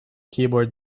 keyboard